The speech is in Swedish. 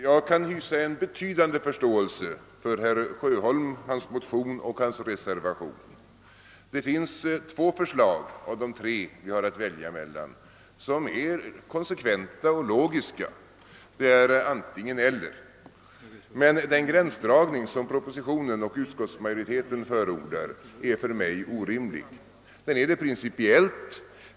Jag kan hysa en betydande förståelse för herr Sjöholm, hans motion och hans reservation. Det finns två förslag av tre som vi har att välja emellan som är konsekventa och logiska; de innebär ett antingen—eller. Men den gränsdragning som propositionen och utskottsmajoriteten förordar är för mig orimlig. Den är det principiellt.